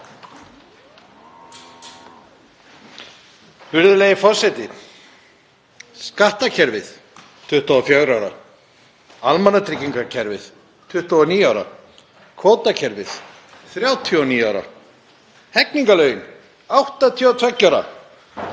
Virðulegi forseti. Skattkerfið 24 ára, almannatryggingakerfið 29 ára, kvótakerfið 39 ára, hegningarlögin 82 ára.